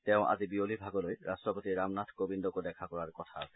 তেওঁ আজি বিয়লিৰ ভাগলৈ ৰাষ্ট্ৰপতি ৰামনাথ কোবিন্দকো দেখা কৰাৰ কথা আছে